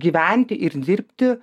gyventi ir dirbti